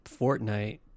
Fortnite